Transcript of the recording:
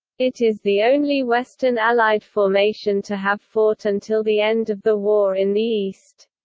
it is the only western allied formation to have fought until the end of the war in the east.